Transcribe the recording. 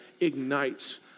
ignites